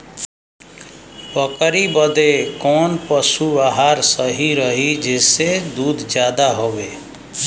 बकरी बदे कवन पशु आहार सही रही जेसे दूध ज्यादा होवे?